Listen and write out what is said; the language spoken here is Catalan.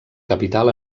capital